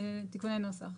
זה תיקון לנוסח.